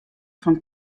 fan